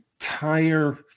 entire